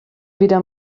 wieder